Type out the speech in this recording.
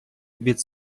від